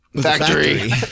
Factory